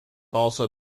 also